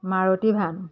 Maruti van